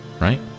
right